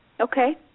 Okay